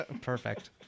Perfect